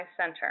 Center